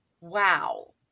wow